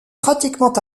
pratiquement